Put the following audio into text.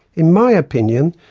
in my opinion,